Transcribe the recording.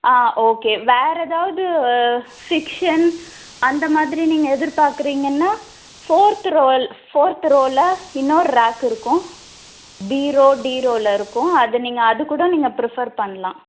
ஆ okay வேறு எதாவது fiction அந்த மாதிரி எதிர்பாக்குறிங்கன்னா போர்த்து ரோல் போர்த்து ரோவில இன்னொரு ரேக் இருக்கும் பி ரோ டி ரோவில இருக்கும் அது நீங்கள் அது கூட நீங்கள் பிரெஃபர் பண்ணலாம்